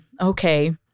okay